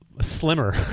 Slimmer